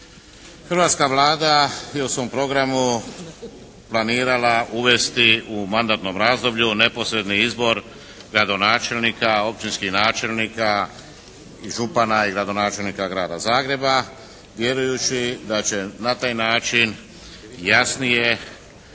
Hrvatska Vlada je u svom programu planirala uvesti u mandatnom razdoblju neposredni izbor gradonačelnika, općinskih načelnika i župana i gradonačelnika Grada Zagreba vjerujući da će na taj način jasnije